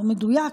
לא מדויק,